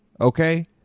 okay